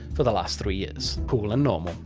for the last three years cool and normal.